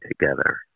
together